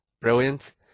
brilliant